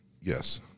Yes